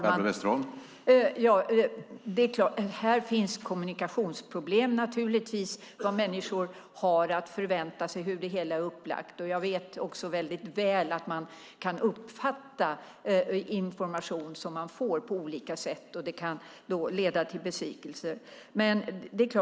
Herr talman! Här finns naturligtvis kommunikationsproblem om vad människor har att förvänta sig och hur det hela är upplagt. Jag vet också väldigt väl att man kan uppfatta information man får på olika sätt. Det kan leda till besvikelse.